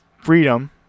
freedom